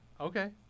Okay